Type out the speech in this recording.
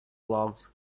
logs